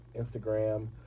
Instagram